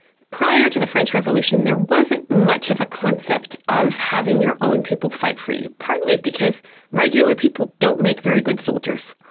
prior to the french revolution there wasn't much of a concept of having your own people fight for you, partly because regular people don't make very good soldiers.